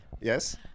Yes